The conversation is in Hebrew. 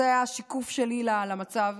זה השיקוף שלי למצב.